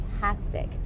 fantastic